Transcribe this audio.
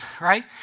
right